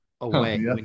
away